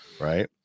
right